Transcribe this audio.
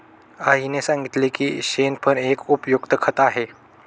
आईने सांगितले की शेण पण एक उपयुक्त खत आहे